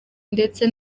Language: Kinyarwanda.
ndetse